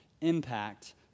impact